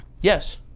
Yes